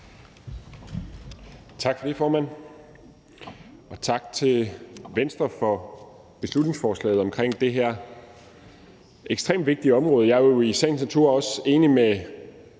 Tak for det, formand, og tak til Venstre for beslutningsforslaget om det her ekstremt vigtige område. Jeg er jo i sagens natur også enig i